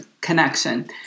connection